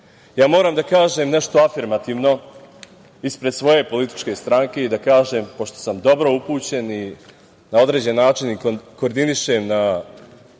putem. Moram da kažem nešto afirmativno ispred svoje političke stranke i da kažem, pošto sam dobro upućen i na određen način i koordinišem na